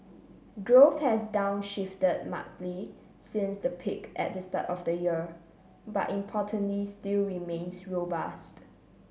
growth has downshifted markedly since the peak at the start of the year but importantly still remains robust